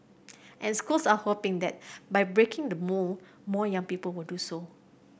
and schools are hoping that by breaking the mould more young people will do so